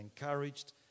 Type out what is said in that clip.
encouraged